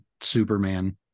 Superman